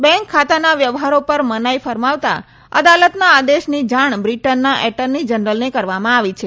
bank ખાતાના વ્યવહારો પર મનાઈ ફરમાવતા અદાલતના આદેશની જાણ બ્રીટનના એટર્ની જનરલને કરવામાં આવી છે